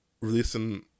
releasing